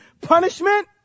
punishment